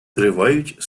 тривають